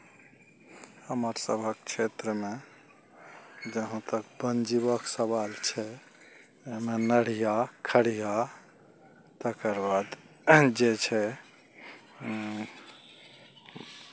हमर सभक क्षेत्रमे जहाँ तक वन जीवक सवाल छै ओहिमे नढ़िया खढ़िया तकर बाद जे छै